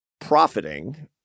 profiting